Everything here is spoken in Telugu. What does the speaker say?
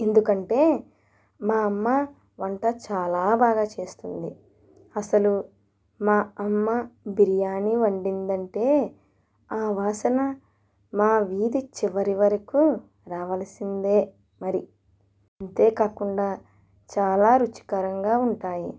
ఎందుకంటే మా అమ్మ వంట చాలా బాగా చేస్తుంది అసలు మా అమ్మ బిర్యానీ వండింది అంటే ఆ వాసన మా వీధి చివరి వరకు రావాల్సిందే మరి అంతే కాకుండా చాలా రుచి కరంగా ఉంటాయి